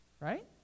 Right